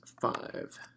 five